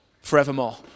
forevermore